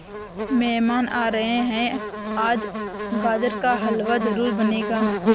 मेहमान आ रहे है, आज गाजर का हलवा जरूर बनेगा